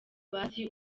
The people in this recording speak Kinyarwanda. basi